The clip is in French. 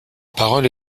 parole